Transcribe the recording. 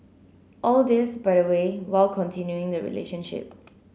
all this by the way while continuing the relationship